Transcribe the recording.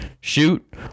shoot